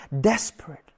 desperate